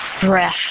breath